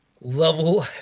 Level